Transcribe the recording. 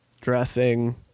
Dressing